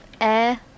Air